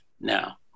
now